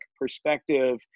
perspective